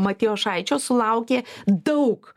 matijošaičio sulaukė daug